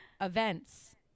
events